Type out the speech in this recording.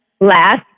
last